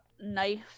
knife